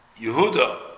Yehuda